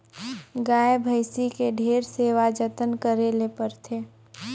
गाय, भइसी के ढेरे सेवा जतन करे ले परथे